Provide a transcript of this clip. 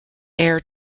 air